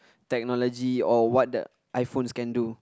technology or what the iPhones can do